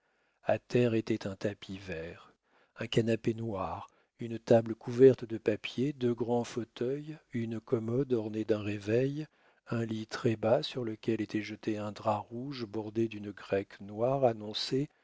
a terre était un tapis vert un canapé noir une table couverte de papiers deux grands fauteuils une commode ornée d'un réveil un lit très-bas sur lequel était jeté un drap rouge bordé d'une grecque noire annonçaient